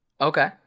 Okay